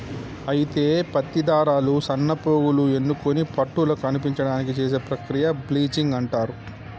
అయితే పత్తి దారాలు సన్నపోగులు ఎన్నుకొని పట్టుల కనిపించడానికి చేసే ప్రక్రియ బ్లీచింగ్ అంటారు